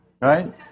right